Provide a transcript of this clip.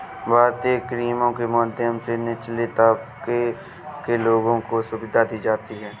भारतीय स्कीमों के माध्यम से निचले तबके के लोगों को सुविधा दी जाती है